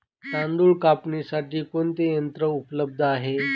तांदूळ कापण्यासाठी कोणते यंत्र उपलब्ध आहे?